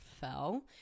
fell